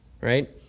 right